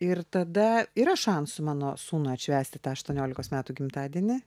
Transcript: ir tada yra šansų mano sūnui atšvęsti tą aštuoniolikos metų gimtadienį